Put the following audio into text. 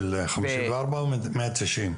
של חמישים וארבע או מאה תשעים?